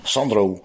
Sandro